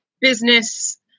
business